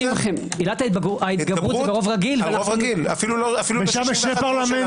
עילת ההתגברות ברוב רגיל, אפילו לא ב-61.